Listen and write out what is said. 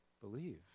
believe